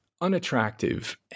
unattractive